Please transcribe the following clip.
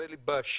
נדמה לי במסגרת